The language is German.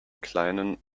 kleinen